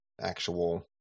actual